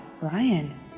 Ryan